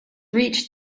reached